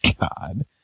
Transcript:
God